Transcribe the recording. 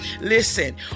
Listen